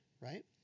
right